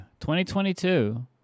2022